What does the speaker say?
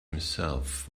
himself